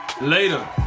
Later